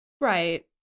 Right